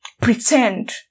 pretend